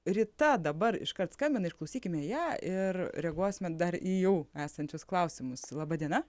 rita dabar iškart skambina išklausykime ją ir reaguosime dar į jau esančius klausimus laba diena